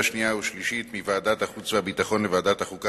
שנייה וקריאה שלישית מוועדת החוץ והביטחון לוועדת החוקה,